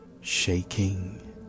shaking